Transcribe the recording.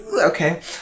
Okay